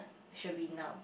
should be now